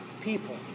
people